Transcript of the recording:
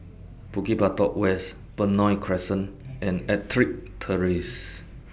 Bukit Batok West Benoi Crescent and Ettrick Terrace